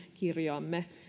kirjoa